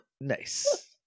Nice